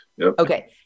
Okay